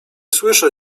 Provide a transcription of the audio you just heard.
słyszę